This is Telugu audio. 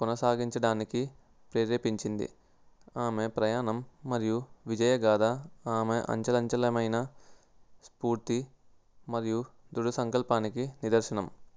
కొనసాగించడానికి ప్రేరేపించింది ఆమె ప్రయాణం మరియు విజయగాధ ఆమె అచంచలమైన స్ఫూర్తి మరియు దృఢ సంకల్పానికి నిదర్శనం